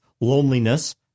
loneliness